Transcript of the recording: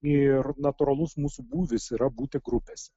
ir natūralus mūsų būvis yra būti grupėse